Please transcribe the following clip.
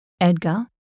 Edgar